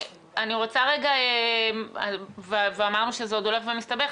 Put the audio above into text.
אמרנו שזה עוד הולך ומסתבך,